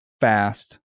fast